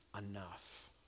enough